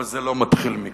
אבל זה לא מתחיל מכאן.